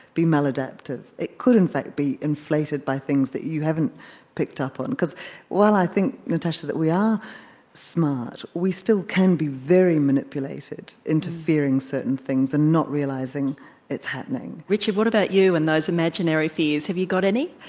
be maladaptive, it could, in fact, be inflated by things that you haven't picked up on, because while i think, natasha, that we are smart, we still can be very manipulated into fearing certain things and not realising it's happening. richard, what about you and those imaginary fears, have you got any?